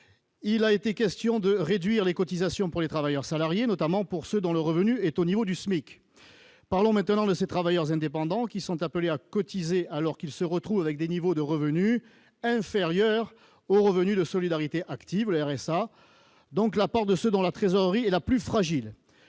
Il a été question de réduire les cotisations pour les travailleurs salariés, notamment pour ceux dont le revenu est au niveau du SMIC. Parlons à présent de ces travailleurs indépendants, qui sont appelés à cotiser alors qu'ils se retrouvent avec des revenus inférieurs au revenu de solidarité active, le RSA, c'est-à-dire l'apport de ceux dont la trésorerie est la plus fragile